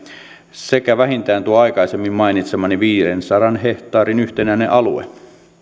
sekä vähintään tuo aikaisemmin mainitsemani viidensadan hehtaarin yhtenäinen alue